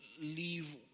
leave